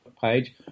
page